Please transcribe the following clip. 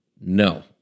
No